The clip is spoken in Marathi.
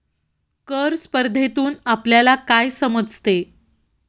कर स्पर्धेतून आपल्याला काय समजते?